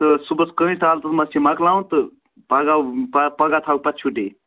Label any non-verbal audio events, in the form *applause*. تہٕ صُبحس *unintelligible* چھِ مۄکلاوُن تہٕ پگاہ پَگاہ تھاو پَتہٕ چھُٹی